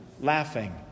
laughing